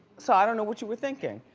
so, i don't know what you were thinking.